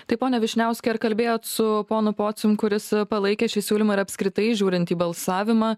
tai pone vyšniauskai ar kalbėjot su ponu pocium kuris palaikė šį siūlymą ir apskritai žiūrint į balsavimą